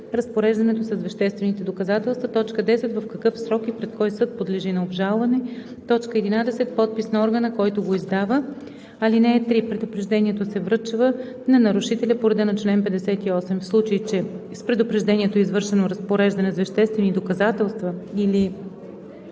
разпореждането с веществените доказателства; 10. в какъв срок и пред кой съд подлежи на обжалване; 11. подпис на органа, който го издава. (3) Предупреждението се връчва на нарушителя по реда на чл. 58. В случай че с предупреждението е извършено разпореждане с веществени доказателства или